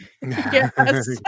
Yes